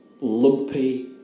lumpy